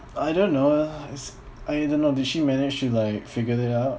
I don't know it's I don't know did she manage to like figured it out